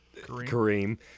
Kareem